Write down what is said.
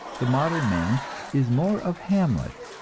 the modern man is more of hamlet,